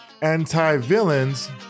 anti-villains